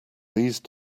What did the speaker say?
these